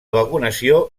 vacunació